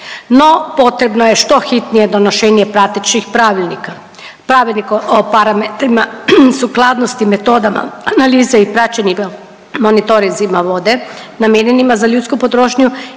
No, potrebno je što hitnije donošenje pratećih pravilnika. Pravilnik o parametrima sukladnosti, metodama analize i praćenje monitorinzima vode namijenjenima za ljudsku potrošnju